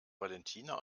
valentina